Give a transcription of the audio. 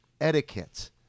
etiquette